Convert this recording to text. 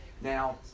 Now